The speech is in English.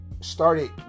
started